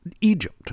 Egypt